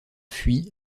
fuit